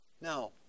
Now